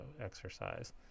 exercise